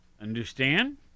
understand